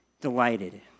delighted